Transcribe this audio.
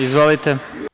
Izvolite.